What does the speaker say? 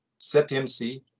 CPMC